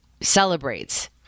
celebrates